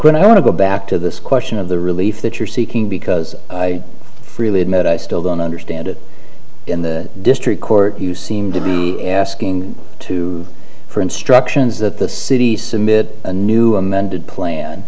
want to go back to this question of the relief that you're seeking because i freely admit i still don't understand it in the district court you seem to be asking to for instructions that the city submit a new amended plan